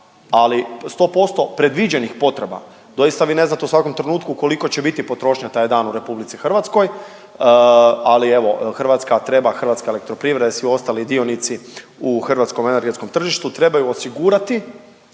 ali 100% predviđenih potreba. Doista vi ne znate u svakom trenutku koliko će biti potrošnja taj dan u RH ali evo Hrvatska treba, Hrvatska elektroprivreda i svi ostali dionici u hrvatskom energetskom tržištu trebaju osigurati